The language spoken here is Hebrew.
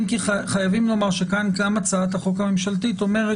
אם כי חייבים לומר שגם הצעת החוק הממשלתית אומרת